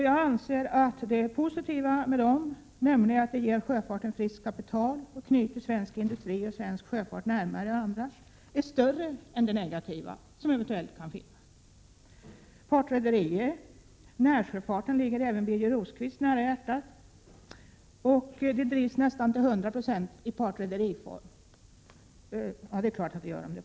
Jag anser att det positiva med fonderna — att de ger sjöfarten friskt kapital och knyter svensk industri och svensk sjöfart närmare varandra — är större än det eventuellt negativa. Sedan till partrederierna. Närsjöfarten ligger även Birger Rosqvist om hjärtat. Den bedrivs nästan till 100 92 i partrederiform.